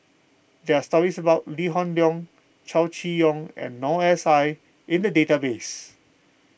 there are stories about Lee Hoon Leong Chow Chee Yong and Noor S I in the database